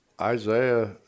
Isaiah